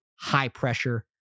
high-pressure